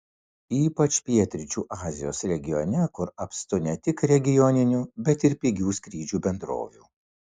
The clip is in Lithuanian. ypač pietryčių azijos regione kur apstu ne tik regioninių bet ir pigių skrydžių bendrovių